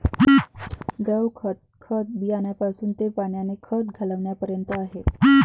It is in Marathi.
द्रव खत, खत बियाण्यापासून ते पाण्याने खत घालण्यापर्यंत आहे